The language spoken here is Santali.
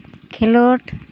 ᱠᱷᱮᱞᱚᱸᱰ